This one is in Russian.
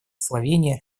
словении